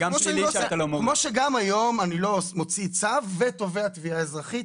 כמו שגם היום אני לא מוציא צו ותובע תביעה אזרחית.